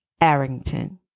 Arrington